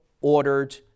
ordered